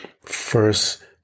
first